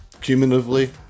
Cumulatively